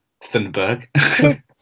thunberg